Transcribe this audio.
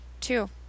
two